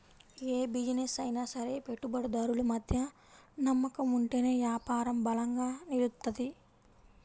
యే బిజినెస్ అయినా సరే పెట్టుబడిదారులు మధ్య నమ్మకం ఉంటేనే యాపారం బలంగా నిలుత్తది